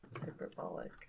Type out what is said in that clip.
Hyperbolic